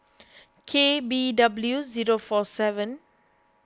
K B W zero four seven